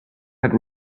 had